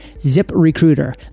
ZipRecruiter